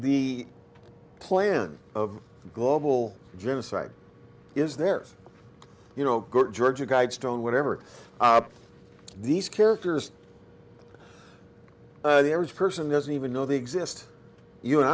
the plan of global genocide is there's you know good georgia guidestones whatever these characters the average person doesn't even know they exist you and